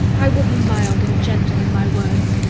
i will be mild and gentle in my words.